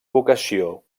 vocació